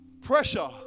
pressure